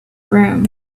room